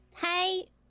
Hey